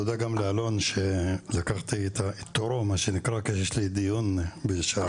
תודה גם לאלון שלקחתי את תורו כי יש לי דיון בשעה